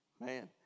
man